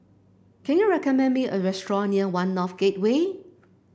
can you recommend me a restaurant near One North Gateway